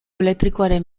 elektrikoaren